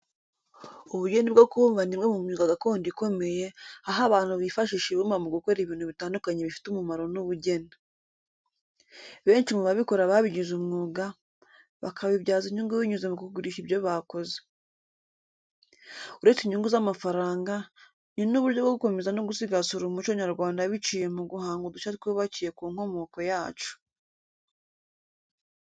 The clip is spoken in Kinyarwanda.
Ubugeni bwo kubumba ni imwe mu myuga gakondo ikomeye , aho abantu bifashisha ibumba mu gukora ibintu bitandukanye bifite umumaro n’ubugeni. Benshi mu babikora babigize umwuga, bakabibyaza inyungu binyuze mu kugurisha ibyo bakoze. Uretse inyungu z’amafaranga, ni n’uburyo bwo gukomeza no gusigasira umuco nyarwanda biciye mu guhanga udushya twubakiye ku nkomoko yacu.